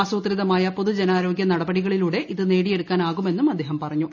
ആസൂത്രിതമായ പൊതുജനാരോഗ്യ നടപടികളിലൂടെ ഇത് നേടിയെടുക്കാൻ ആകുമെന്നും അദ്ദേഹം പറഞ്ഞു